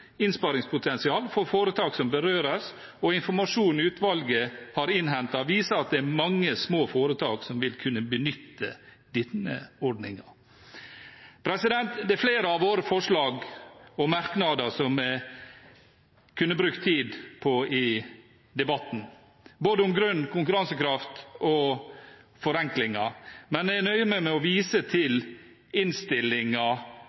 innsparingspotensial for foretak som berøres. Informasjon som utvalget har innhentet, viser at mange små foretak vil kunne benytte denne ordningen. Det er flere av våre forslag og merknader som jeg kunne brukt tid på i debatten, både om grønn konkurransekraft og forenklinger. Men jeg nøyer meg med å vise